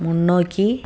முன்னோக்கி